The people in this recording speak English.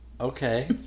Okay